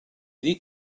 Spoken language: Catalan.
dir